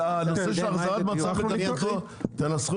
את הנושא של החזרת המצב קדמותו תנסחו